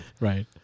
Right